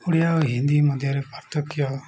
ଓଡ଼ିଆ ହିନ୍ଦୀ ମଧ୍ୟରେ ପାର୍ଥକ୍ୟ